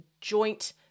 joint